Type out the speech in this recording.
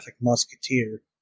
musketeer